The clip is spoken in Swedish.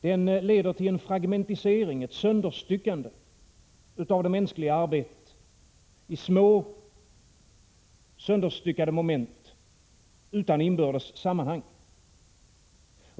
Den leder till en fragmentisering, ett sönderstyckande, av det mänskliga arbetet i små sönderstyckade moment utan inbördes sammanhang.